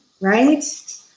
right